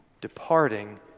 departing